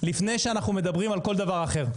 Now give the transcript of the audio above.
לפני שאנחנו מדברים על כל דבר אחר,